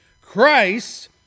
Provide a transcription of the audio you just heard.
Christ